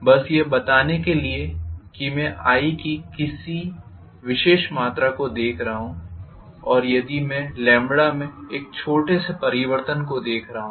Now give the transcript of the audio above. बस यह बताने के लिए कि मैं i की किसी विशेष मात्रा को देख रहा हूँ और यदि मैं में एक छोटे से परिवर्तन को देख रहा हूँ